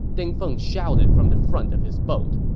ding feng shouted from the front of his boat.